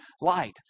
light